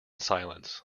silence